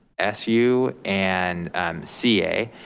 su and ca.